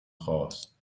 خاست